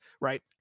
right